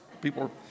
People